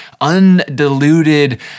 undiluted